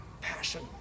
passion